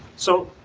so